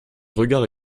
regards